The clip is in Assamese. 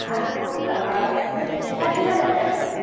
আৰু সেই প্ৰেছাৰ কিমান আছে আপোনাৰ